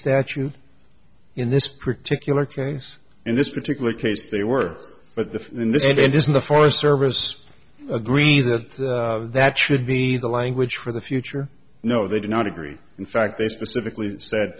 statute in this particular case in this particular case they were but the and this it is in the forest service agree that that should be the language for the future no they do not agree in fact they specifically said